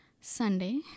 Sunday